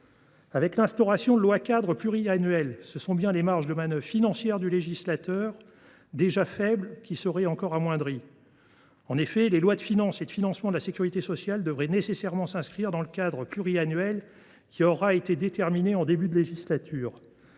Avec l’instauration de lois cadres pluriannuelles, ce sont bien les marges de manœuvre financières du législateur, déjà faibles, qui seraient encore amoindries. Les lois de finances et de financement de la sécurité sociale devraient en effet nécessairement s’inscrire dans le cadre pluriannuel qui aura été déterminé en début de législature.